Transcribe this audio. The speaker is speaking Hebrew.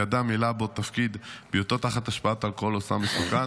מילא בו תפקיד בהיותו תחת השפעת אלכוהול או סם מסוכן,